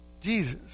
Jesus